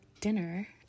dinner